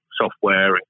software